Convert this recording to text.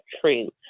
true